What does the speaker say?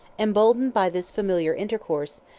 emboldened by this familiar intercourse,